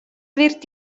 wird